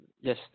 yes